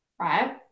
right